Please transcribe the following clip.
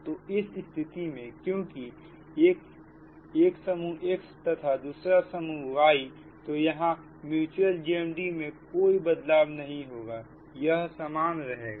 तो इस स्थिति में क्योंकि एक समूह X तथा दूसरा Y तो यहां म्यूच्यूअल GMD में कोई बदलाव नहीं होगा यह सामान रहेगा